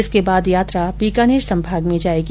इसके बाद यात्रा बीकानेर संभाग में जायेंगी